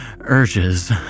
urges